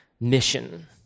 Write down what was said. mission